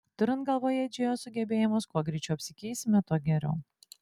turint galvoje džėjos sugebėjimus kuo greičiau apsikeisime tuo geriau